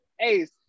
Ace